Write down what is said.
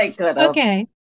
Okay